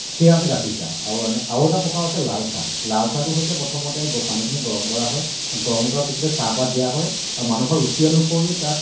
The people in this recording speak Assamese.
সেয়া হৈছে গাখীৰ চাহ আৰু এনে আৰু এটা পকাৰ আছে লাল চাহ লাল চাহটো হৈছে প্ৰথমতে গ পানীখিনি গৰম কৰা হয় গৰম কৰাৰ পিছতে চাহপাত দিয়া হয় আৰু মানুহৰ ৰুচি অনুসৰি তাত